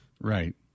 Right